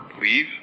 Leave